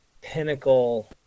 pinnacle